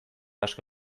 asko